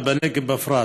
ובנגב בפרט.